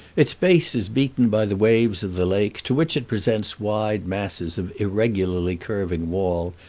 its base is beaten by the waves of the lake, to which it presents wide masses of irregularly curving wall,